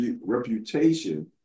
reputation